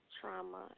trauma